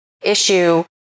issue